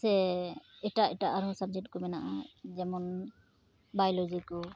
ᱥᱮ ᱮᱴᱟᱜ ᱮᱴᱟᱜ ᱟᱨᱦᱚᱸ ᱥᱟᱵᱽᱡᱮᱠᱴ ᱠᱚ ᱢᱮᱱᱟᱜᱼᱟ ᱡᱮᱢᱚᱱ ᱵᱟᱭᱚᱞᱳᱡᱤ ᱠᱚ